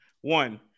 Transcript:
One